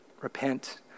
repent